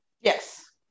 Yes